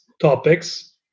topics